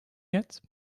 yet